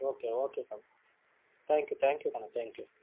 okay okay ಕಣೋ thank you thank you ಕಣೋ thank you